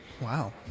wow